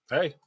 Hey